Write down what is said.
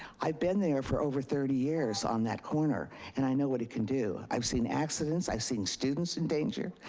i've been there for over thirty years on that corner. and i know what it can do. i've seen accidents, i've seen students in danger.